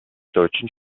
deutschen